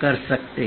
कर सकते हैं